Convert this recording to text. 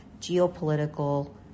geopolitical